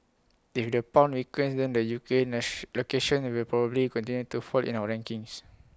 if the pound weakens then the U K locations will probably continue to fall in our rankings